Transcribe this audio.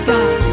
God